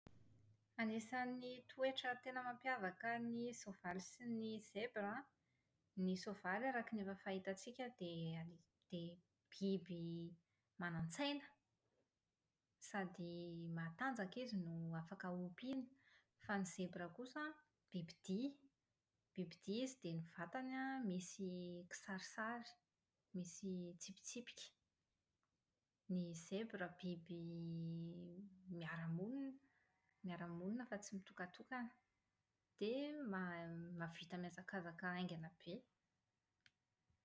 Anisan'ny toetra tena mampiavaka ny soavaly sy ny zebra an, ny soavaly araka ny efa fahitantsika dia dia biby manantsaina, sady matanjaka izy no afaka ompiana. Fa ny zebra kosa an, biby dia, bibidy izy dia ny vatany an, misy sarisary, misy tsipitsipika. Ny zebra biby miara-monina, miara-monina fa tsy mitokatokana. Dia ma- mahavita mihazakazaka haingana be.